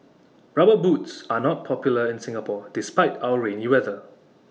rubber boots are not popular in Singapore despite our rainy weather